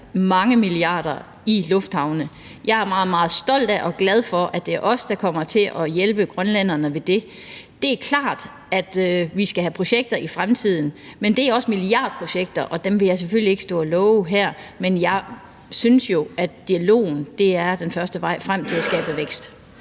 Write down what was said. mange milliarder i lufthavnene. Jeg er meget, meget stolt af og glad for, at det er os, der kommer til at hjælpe grønlænderne med det. Det er klart, at vi skal have projekter i fremtiden, men det er også milliardprojekter, og dem vil jeg selvfølgelig ikke stå og love her. Men jeg synes jo, at dialogen er den første vej frem mod at skabe vækst.